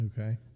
Okay